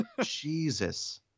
Jesus